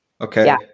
okay